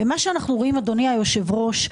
אנו רואים, אדוני היושב-ראש,